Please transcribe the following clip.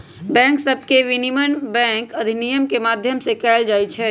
bank सभके विनियमन bank अधिनियम के माध्यम से कएल जाइ छइ